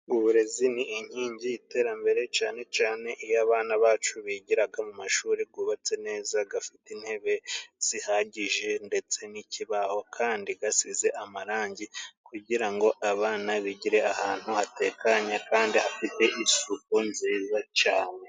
Uburezi ni inkingi y'iterambere cane cane iyo abana bacu bigiraga mu mashuri gwubatse neza, gafite intebe zihagije ndetse n'ikibaho, kandi gasize amarangi kugira ngo abana bigire ahantu hatekanye, kandi hafite isuku nziza cane.